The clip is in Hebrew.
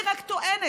אני רק טוענת,